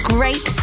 Great